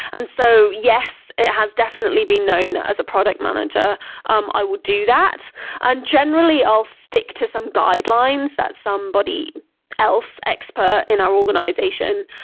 and so yes, it has definitely been known that as a product manager um i would that. and generally, i'll stick to some guidelines that somebody else, expert in our organization,